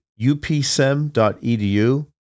upsem.edu